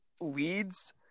leads